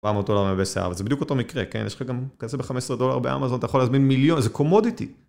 400 דולר מייבש שיער, זה בדיוק אותו מקרה, כן? יש לך גם כסף ב-15 דולר באמזון, אתה יכול להזמין מיליון, זה קומודיטי.